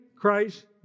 Christ